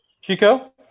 chico